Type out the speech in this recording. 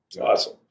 awesome